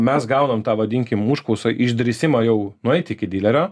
mes gaunam tą vadinkim užklausą išdrįsimą jau nueit iki dilerio